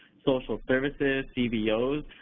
social services, cbos,